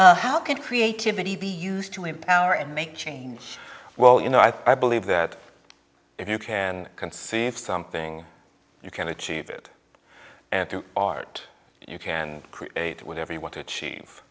ok how can creativity be used to empower and make change well you know i thought i believe that if you can conceive something you can achieve it through art you can create whatever you want to achieve